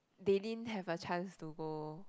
they didn't have a chance to go